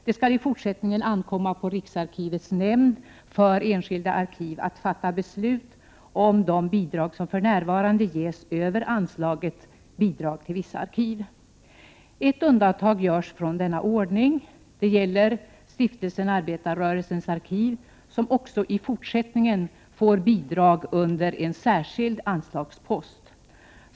Det skall i fortsättningen ankomma på riksarkivets nämnd för enskilda arkiv att fatta beslut om de bidrag som för närvarande ges över anslaget Bidrag till vissa arkiv. Ett undantag görs från denna ordning. Det gäller Stiftelsen Arbetarrörelsens arkiv, som också i fortsättningen får bidrag under en särskild anslagspost.